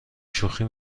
شوخی